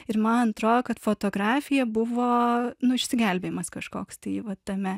ir man atrodo kad fotografija buvo nu išsigelbėjimas kažkoks tai va tame